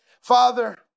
Father